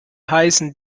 heißen